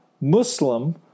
Muslim